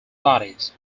bodies